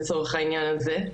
לצורך העניין הזה.